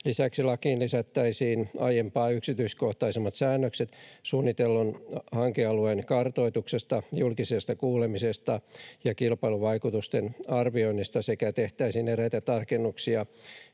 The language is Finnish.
Lisäksi lakiin lisättäisiin aiempaa yksityiskohtaisemmat säännökset suunnitellun hankealueen kartoituksesta, julkisesta kuulemisesta ja kilpailuvaikutusten arvioinnista sekä tehtäisiin eräitä tarkennuksia